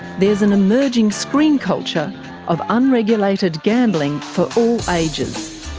there's an emerging screen culture of unregulated gambling for all ages.